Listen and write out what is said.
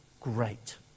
great